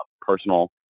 personal